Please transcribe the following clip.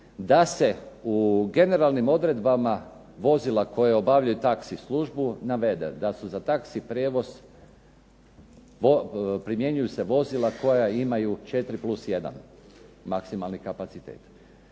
da se u generalnim odredbama vozila koja obavljaju taxi službu navede da se za taxi prijevoz primjenjuju se vozila koja imaju 4+1 maksimalni kapacitet.